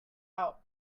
out